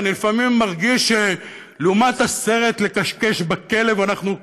ולפעמים אני מרגיש שלעומת הסרט "לכשכש בכלב" אנחנו,